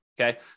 okay